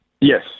Yes